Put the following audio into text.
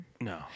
no